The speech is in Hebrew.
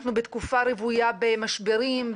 אנחנו בתקופה רוויה במשברים,